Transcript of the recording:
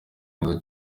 neza